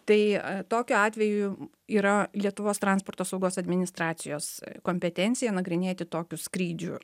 tai tokiu atveju yra lietuvos transporto saugos administracijos kompetencija nagrinėti tokius skrydžių